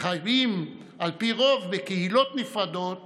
חיים על פי רוב בקהילות נפרדות